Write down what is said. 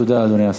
ועדה,